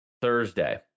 Thursday